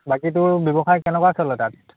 বাকী তোৰ ব্যৱসায় কেনেকুৱা চলে তাত